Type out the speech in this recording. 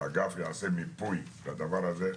שהאגף יעשה מיפוי לנתונים האלה,